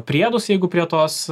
priedus jeigu prie tos